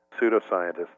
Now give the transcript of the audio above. pseudoscientists